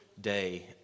day